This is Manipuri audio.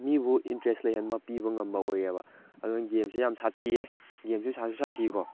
ꯃꯤꯕꯨ ꯏꯟꯇꯔꯦꯁ ꯂꯩꯍꯟꯕ ꯄꯤꯕ ꯉꯝꯕ ꯑꯣꯏꯔꯦꯕ ꯑꯗꯨꯅ ꯒꯦꯝꯁꯦ ꯌꯥꯝ ꯁꯥꯊꯤꯌꯦ ꯒꯦꯝꯁꯦ ꯁꯥꯁꯨ ꯁꯥꯊꯤꯀꯣ